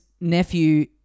nephew